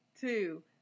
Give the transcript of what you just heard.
two